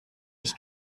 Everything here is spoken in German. ich